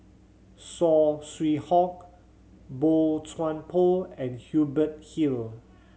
Saw Swee Hock Boey Chuan Poh and Hubert Hill